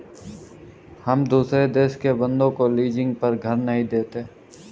हम दुसरे देश के बन्दों को लीजिंग पर घर नहीं देते